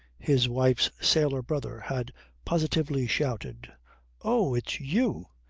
his wife's sailor-brother had positively shouted oh, it's you!